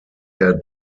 der